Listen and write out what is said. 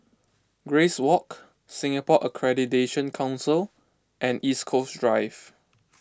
Grace Walk Singapore Accreditation Council and East Coast Drive